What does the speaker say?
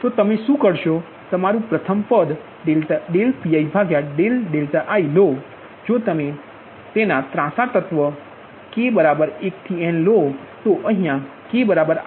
તો તમે શું કરશો તમારું પ્રથમ પદ Piiલો જો તમે Pii ના ત્રાંસા તત્વ k બરાબર 1 થી n લો છો અહીયા k i નથી બરાબર છે